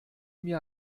mir